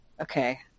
Okay